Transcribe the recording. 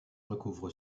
recouvre